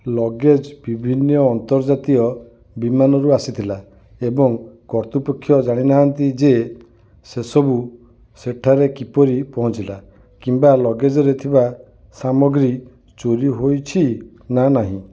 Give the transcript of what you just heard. luggage ବିଭିନ୍ନ ଅନ୍ତର୍ଜାତୀୟ ବିମାନରୁ ଆସିଥିଲା ଏବଂ କର୍ତ୍ତୃପକ୍ଷ ଜାଣି ନାହାଁନ୍ତି ଯେ ସେସବୁ ସେଠାରେ କିପରି ପହଞ୍ଚିଲା କିମ୍ବା ଲଗେଜ୍ରେ ଥିବା ସାମଗ୍ରୀ ଚୋରି ହୋଇଛି ନା ନାହିଁ